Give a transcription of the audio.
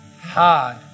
hard